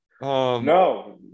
No